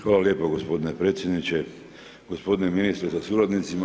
Hvala lijepo gospodine predsjedniče, gospodine ministre sa suradnicima.